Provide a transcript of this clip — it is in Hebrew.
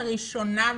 הראשונה,